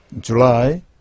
July